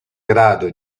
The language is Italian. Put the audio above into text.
grado